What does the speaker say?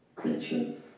creatures